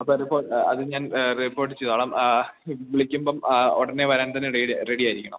അപ്പോള് അത് ഞാൻ റിപ്പോര്ട്ട് ചെയ്തുകൊള്ളാം ഇത് വിളിക്കുമ്പോള് ഉടനെ വരാൻ തന്നെ റെഡിയായിരിക്കണം